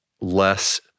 less